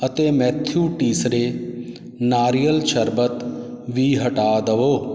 ਅਤੇ ਮੈਥਿਊ ਟੀਸਰੇ ਨਾਰੀਅਲ ਸ਼ਰਬਤ ਵੀ ਹਟਾ ਦੇਵੋ